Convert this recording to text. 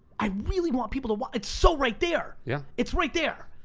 i really want people to watch, it's so right there! yeah. it's right there!